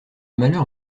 malheur